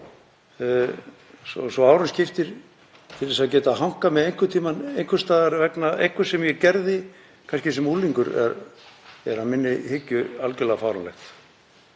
svo árum skiptir til að geta hankað mig einhvern tímann einhvers staðar vegna einhvers sem ég gerði kannski sem unglingur er að minni hyggju algerlega fáránlegt.